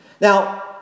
Now